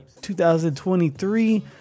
2023